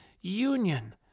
Union